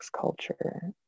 culture